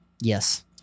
Yes